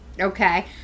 Okay